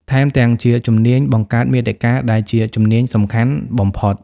ថែមទាំងជាជំនាញបង្កើតមាតិកា ដែលជាជំនាញសំខាន់បំផុត។